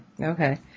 Okay